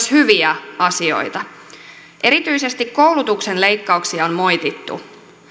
hyviä asioita erityisesti koulutuksen leikkauksia on moitittu